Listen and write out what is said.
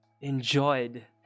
enjoyed